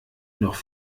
noch